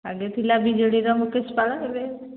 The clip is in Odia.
ଆଗେ ଥିଲା ବିଜେଡିର ମୁକେଶ ପାଳ ଏବେ